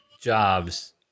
jobs